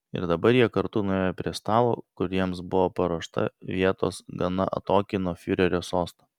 ir dabar jie kartu nuėjo prie stalo kur jiems buvo paruošta vietos gana atokiai nuo fiurerio sosto